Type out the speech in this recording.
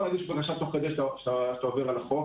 להגיש בקשה תוך כדי שאתה עובר על החוק.